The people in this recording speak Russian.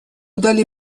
дали